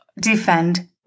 defend